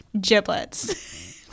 giblets